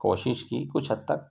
کوشش کی کچھ حد تک